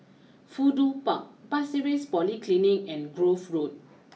Fudu Park Pasir Ris Polyclinic and Grove Road